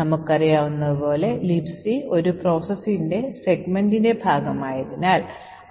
നമുക്കറിയാവുന്നതുപോലെ Libc ഒരു process ൻറെ segmentൻറെ ഭാഗമായതിനാൽ